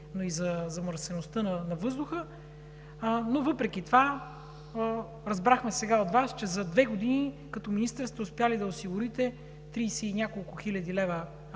но и замърсеността на въздуха. Но въпреки това разбрахме сега от Вас, че за две години като министър сте успели да осигурите трийсет и две-три хиляди лева,